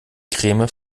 creme